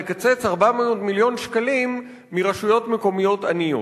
לקצץ 400 מיליון שקלים מרשויות מקומיות עניות.